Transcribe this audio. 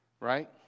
right